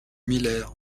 miller